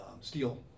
steel